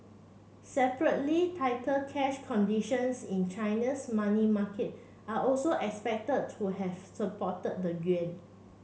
separately tighter cash conditions in China's money market are also expected to have supported the yuan